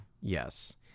Yes